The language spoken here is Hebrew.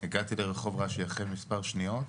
הגעתי לרחוב רש"י אחרי מספר שניות,